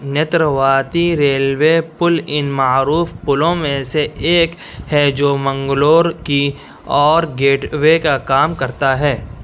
Netravati railway پل ان معروف پلوں میں سے ایک ہے جو منگلور کی اور گیٹوے کا کام کرتا ہے